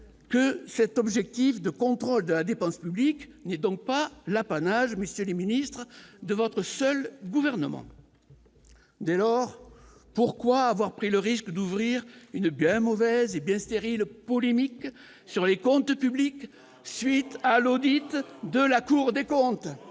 que cet objectif de contrôle de la dépense publique n'est donc pas l'apanage mais c'est les ministres de votre seul gouvernement. Dès lors, pourquoi avoir pris le risque d'ouvrir une bien mauvaise hé bien stérile polémique sur les comptes publics, suite à l'audit de la Cour des comptes,